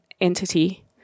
entity